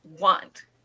want